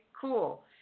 cool